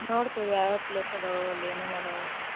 ನೋಡ್ತಿವಿ ಯಾವ್ಯಾವ ಪ್ಲೇಸ್ ಅದಾವೆ ಅಲ್ಲಿ ಏನೇನು ಅದಾವೆ